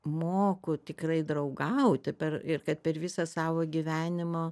moku tikrai draugauti per ir kad per visą savo gyvenimo